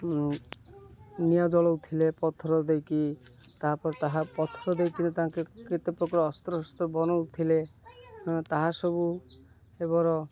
ନିଆଁ ଜଳାଉ ଥିଲେ ପଥର ଦେଇକରି ତା'ପରେ ତାହା ପଥର ଦେଇକରି ତାଙ୍କ କେତେ ପ୍ରକାର ଅସ୍ତ୍ର ଶସ୍ତ୍ର ବନାଉଥିଲେ ତାହା ସବୁ ଏବେର